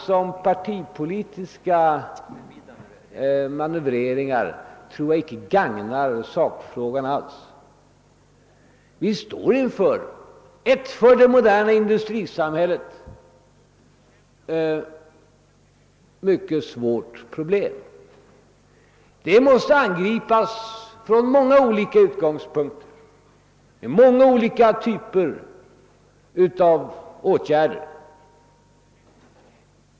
Sådana partipolitiska manövreringar gagnar inte sakfrågan. Vi står här inför ett för det moderna industrisamhället mycket svårt problem, som måste angripas från många olika utgångspunkter och med många olika typer av åtgärder.